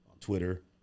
Twitter